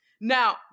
Now